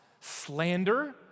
slander